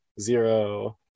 zero